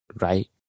right